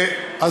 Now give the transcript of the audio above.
בהחלט.